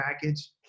package